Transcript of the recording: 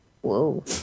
whoa